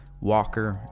Walker